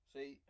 See